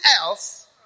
else